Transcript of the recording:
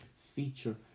feature